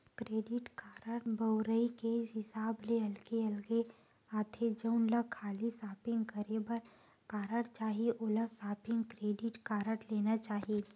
credit card बउरई के हिसाब ले अलगे अलगे आथे, जउन ल खाली सॉपिंग करे बर कारड चाही ओला सॉपिंग क्रेडिट कारड लेना चाही